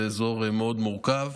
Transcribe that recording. זה אזור מאוד מורכב,